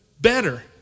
better